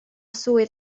swydd